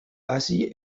hasi